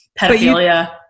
pedophilia